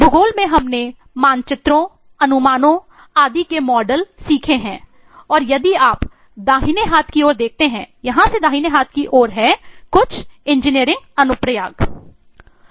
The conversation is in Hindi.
भूगोल में हमने मानचित्रों अनुमानों आदि के मॉडल सीखे हैं और यदि आप दाहिने हाथ की ओर देखते हैं यहाँ ये दाहिने हाथ की ओर हैं कुछ इंजीनियरिंग अनुप्रयोग हैं